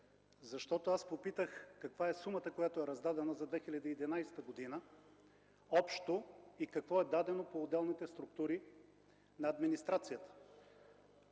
Защото аз попитах каква е сумата, раздадена през 2011 г. – общо, и какво е дадено по отделните структури на администрацията.